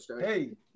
hey